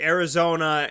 Arizona